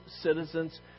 citizens